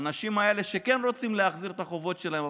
האנשים האלה כן רוצים להחזיר את החובות שלהם,